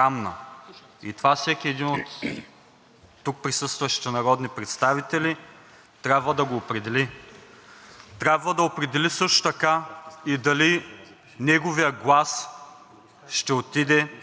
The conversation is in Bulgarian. Трябва да определи също така и дали неговият глас ще отиде,